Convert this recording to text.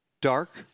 dark